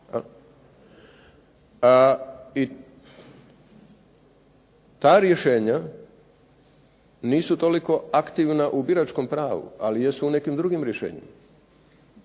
ta rješenja nisu toliko aktivna u biračkom pravu, ali jesu u nekim drugim rješenjima,